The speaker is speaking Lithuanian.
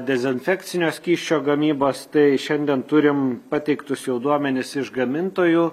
dezinfekcinio skysčio gamybos tai šiandien turim pateiktus jau duomenis iš gamintojų